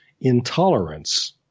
intolerance